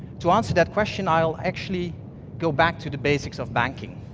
to answer that question, i'll actually go back to the basics of banking.